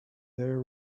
there